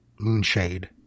Moonshade